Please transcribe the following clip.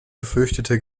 befürchtete